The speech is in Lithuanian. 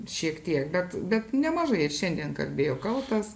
šiek tiek bet bet nemažai ir šiandien kalbėjo kaltas